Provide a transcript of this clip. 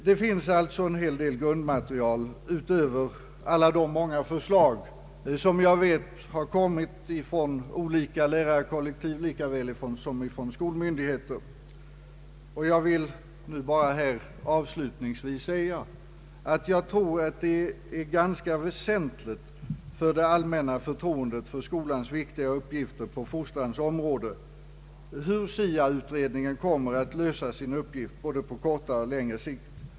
Det finns alltså ett omfattande grundmaterial i dessa frågor utöver de många förslag som jag vet har kommit från såväl lärarkollektiv som från skolmyndigheter. Jag tror att det är ganska väsentligt för det allmänna förtroendet för skolans viktiga uppgifter på fostrans område hur SIA-utredningen kommer att lösa sin uppgift på både kortare och längre sikt.